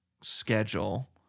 schedule